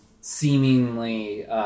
seemingly